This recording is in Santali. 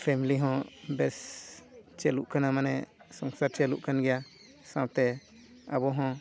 ᱯᱷᱮᱢᱞᱤ ᱦᱚᱸ ᱵᱮᱥ ᱪᱟᱹᱞᱩᱜ ᱠᱟᱱᱟ ᱢᱟᱱᱮ ᱥᱚᱥᱝᱥᱟᱨ ᱪᱟᱹᱞᱩᱜ ᱠᱟᱱ ᱜᱮᱭᱟ ᱥᱟᱶᱛᱮ ᱟᱵᱚ ᱦᱚᱸ